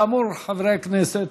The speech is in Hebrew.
כאמור, חברי הכנסת,